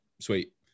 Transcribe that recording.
sweet